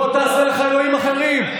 לא תעשה לך אלוהים אחרים.